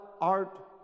art